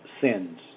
sins